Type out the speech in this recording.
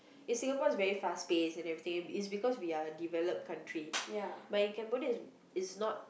in Singapore is very fast paced and everything is because we are a developed country but in Cambodia is is not